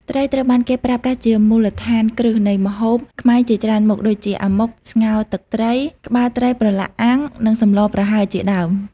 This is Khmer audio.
ត្រីត្រូវបានគេប្រើប្រាស់ជាមូលដ្ឋានគ្រឹះនៃម្ហូបខ្មែរជាច្រើនមុខដូចជា អាម៉ុក ស្ងោរទឹកត្រី ក្បាលត្រីប្រឡាក់អាំង និងសម្លប្រហើរជាដើម។